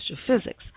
astrophysics